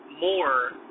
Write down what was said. more